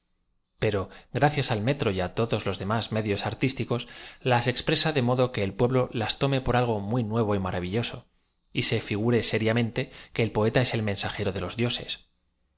pero gracias al metro á todos los demás medios ar tísticos las expresa de modo que el pueblo las tome por algo mu nuevo m aravilloso se figure seria mente que el poeta es el mensajero de los dioses